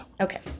okay